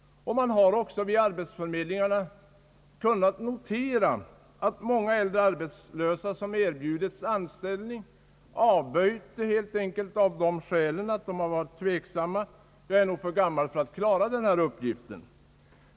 Man har också vid arbetsförmedlingarna kunnat notera att många äldre arbetslösa som erbjudits anställning inom exempelvis industrin avböjt dessa erbjudanden helt enkelt av det skälet och med den motiveringen att man varit tveksam och trott sig för gammal att klara den nya uppgiften.